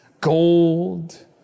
Gold